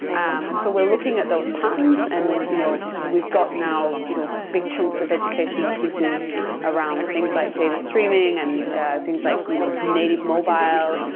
um and so we're looking at those patterns and you know we've got now you know big chunks of educational pieces around things like data streaming and things like you know native mobile.